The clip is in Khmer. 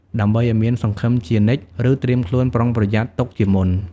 ដើម្បីឲ្យមានសង្ឃឹមជានិច្ច ឬត្រៀមខ្លួនប្រុងប្រយ័ត្នទុកជាមុន។